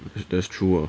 if that's true